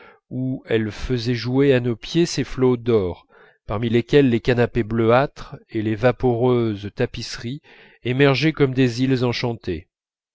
où elle faisait jouer à nos pieds ses flots d'or parmi lesquels les canapés bleuâtres et les vaporeuses tapisseries émergeaient comme des îles enchantées